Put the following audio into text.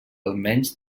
almenys